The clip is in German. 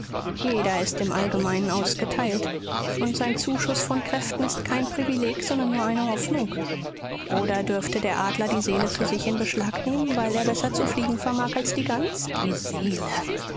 jeder ist im allgemeinen ausgeteilt und sein zuschuß von kräften ist kein privileg sondern nur eine hoffnung oder dürfte der adler die seele für sich in beschlag nehmen weil er besser zu fliegen vermag als die gans die seele